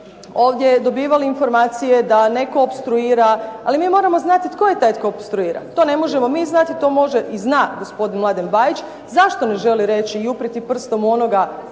ovdje dobivali informacije da netko opstruira, ali mi moramo znati tko je taj tko opstruira. To ne možemo mi znati. To može i zna gospodin Mladen Bajić zašto ne želi reći i uprijeti prstom u onoga